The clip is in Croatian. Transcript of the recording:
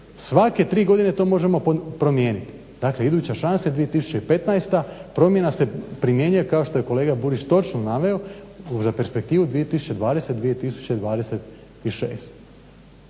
Svake tri godine to možemo promijeniti, dakle iduća šansa je 2015., promjena se primjenjuje kao što je kolega Burić točno naveo za perspektivu 2020.-2026.